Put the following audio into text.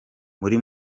muri